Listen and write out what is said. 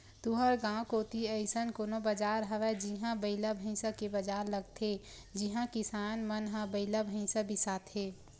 तुँहर गाँव कोती अइसन कोनो बजार हवय जिहां बइला भइसा के बजार लगथे जिहां किसान मन ह बइला भइसा बिसाथे